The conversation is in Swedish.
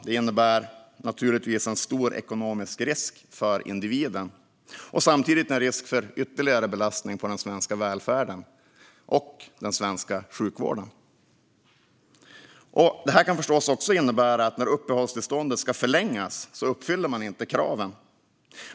Det innebär naturligtvis en stor ekonomisk risk för individen, och det innebär samtidigt en risk för ytterligare belastning på den svenska välfärden och den svenska sjukvården. Det här kan förstås även innebära att man när uppehållstillståndet ska förlängas inte uppfyller kraven.